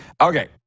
okay